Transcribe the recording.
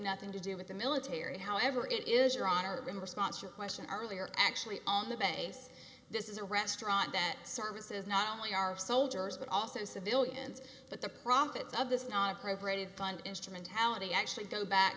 nothing to do with the military however it is your honor in response your question earlier actually on the base this is a restaurant that services not only our soldiers but also civilians that the profits of this not appropriated fund instrumentality actually done back